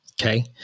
Okay